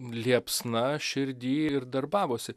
liepsna širdy ir darbavosi